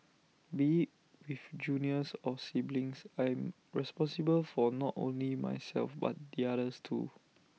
be IT with juniors or siblings I'm responsible for not only myself but the others too